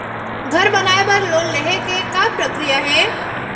घर बनाये बर लोन लेहे के का प्रक्रिया हे?